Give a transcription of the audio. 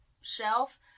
shelf